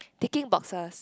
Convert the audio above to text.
digging boxes